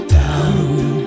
down